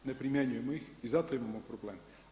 Ne primjenjujemo ih i zato imamo problem.